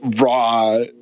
raw